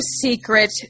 secret